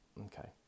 Okay